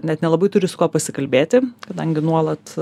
net nelabai turi su kuo pasikalbėti kadangi nuolat